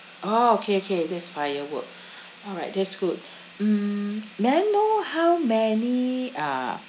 orh okay okay there's firework alright that's good mm may I know how many uh